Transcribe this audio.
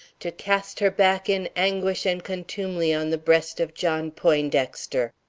to cast her back in anguish and contumely on the breast of john poindexter.